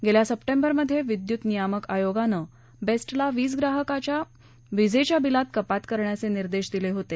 गेल्या सप्टेंबरमध्ये विद्युत नियामक आयोगाने बेस्टला वीज ग्राहकाच्या वीजेच्या बिलात कपात करण्याचे निर्देश दिले होते